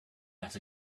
that